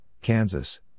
Kansas